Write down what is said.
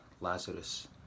Lazarus